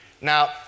Now